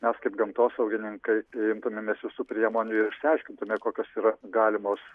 mes kaip gamtosaugininkai imtumėmės visų priemonių ir išsiaiškintume kokios yra galimos